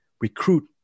recruit